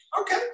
Okay